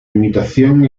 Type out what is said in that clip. imitación